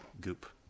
goop